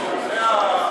6,